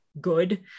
good